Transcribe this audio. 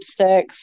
lipsticks